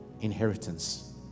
inheritance